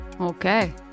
Okay